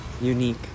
Unique